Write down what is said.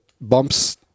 bumps